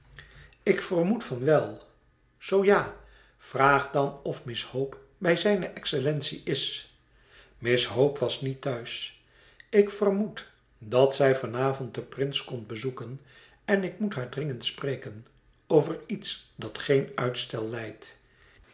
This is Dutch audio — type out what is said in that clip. ik vermoed van wel zoo ja vraag dan of miss hope bij zijne excellentie is miss hope was niet thuis ik vermoed dat zij van avond den prins komt bezoeken en ik moet haar dringend spreken over iets dat geen uitstel lijdt